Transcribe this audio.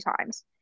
times